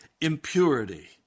impurity